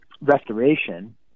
restoration